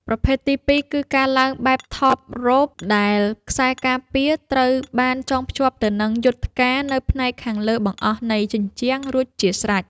ប្រភេទទីពីរគឺ ការឡើងបែប ថបរ៉ូប ដែលខ្សែការពារត្រូវបានចងភ្ជាប់ទៅនឹងយុថ្ការនៅផ្នែកខាងលើបង្អស់នៃជញ្ជាំងរួចជាស្រេច។